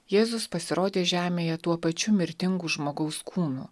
jėzus pasirodė žemėje tuo pačiu mirtingu žmogaus kūnu